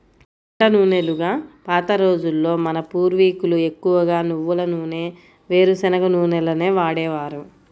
వంట నూనెలుగా పాత రోజుల్లో మన పూర్వీకులు ఎక్కువగా నువ్వుల నూనె, వేరుశనగ నూనెలనే వాడేవారు